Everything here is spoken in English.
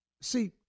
See